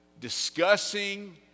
Discussing